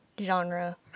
genre